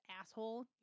asshole